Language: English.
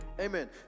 Amen